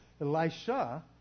Elisha